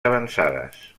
avançades